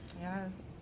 Yes